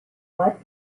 what